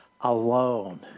alone